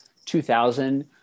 2000